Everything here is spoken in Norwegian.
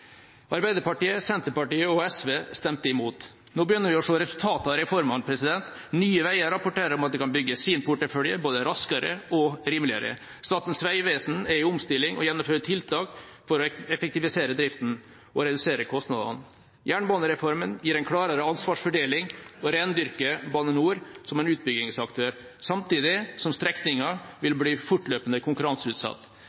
Arbeiderpartiet, Senterpartiet og SV stemte imot. Nå begynner vi å se resultater av reformene. Nye Veier rapporterer om at de kan bygge sin portefølje både raskere og rimeligere. Statens vegvesen er i omstilling og gjennomfører tiltak for å effektivisere driften og redusere kostnadene. Jernbanereformen gir en klarere ansvarsfordeling og rendyrker Bane NOR som en utbyggingsaktør, samtidig som strekninger vil